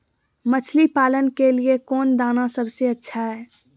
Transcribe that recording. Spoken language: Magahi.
मछली पालन के लिए कौन दाना सबसे अच्छा है?